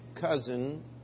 cousin